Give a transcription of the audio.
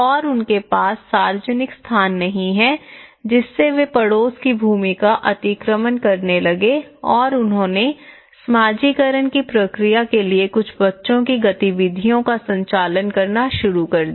और उनके पास सार्वजनिक स्थान नहीं हैं जिससे वे पड़ोस की भूमि का अतिक्रमण करने लगे और उन्होंने समाजीकरण की प्रक्रिया के लिए कुछ बच्चों की गतिविधियों का संचालन करना शुरू कर दिया